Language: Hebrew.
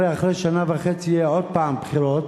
הרי אחרי שנה וחצי יהיו עוד פעם בחירות,